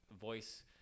voice